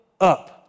up